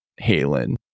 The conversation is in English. Halen